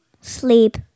Sleep